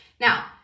Now